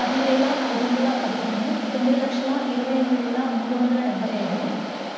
పదివేల ఐదు వందల పదిహేను తొమ్మిది లక్షల ఇరవై ఎనిమిది వేల మూడు వందల డెబ్బై ఐదు